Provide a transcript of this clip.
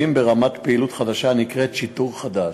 ברמת פעילות חדשה הנקראת "שיטור חדש".